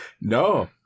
No